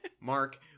Mark